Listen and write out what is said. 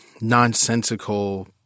nonsensical